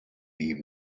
leave